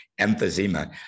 emphysema